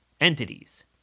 entities